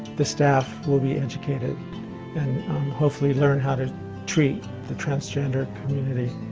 the staff will be educated and hopefully learn how to treat the transgender community.